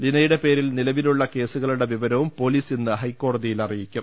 ലീനയുടെ പേരിൽ നിലവിലുളള കേസുകളുടെ വിവരവും പൊലീസ് ഇന്ന് ഹൈക്കോടതിയിൽ അറിയിക്കും